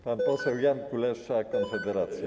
Pan poseł Jakub Kulesza, Konfederacja.